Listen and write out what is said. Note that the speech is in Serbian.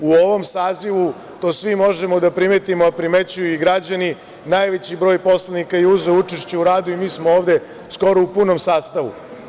U ovom sazivu to svi možemo da primetimo, a primećuju i građani, najveći broj poslanika je uzeo učešće u radu i mi smo ovde skoro u punom sastavu.